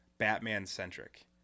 Batman-centric